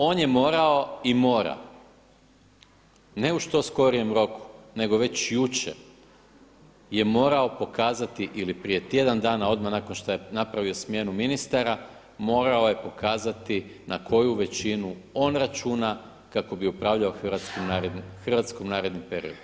On je morao i mora ne u što skorijem roku nego već jučer je morao pokazati ili prije tjedan dana odmah nakon što je napravio smjenu ministara morao je pokazati na koju većinu on računa kako bi upravljao Hrvatskom naredni period.